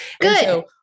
Good